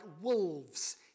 wolves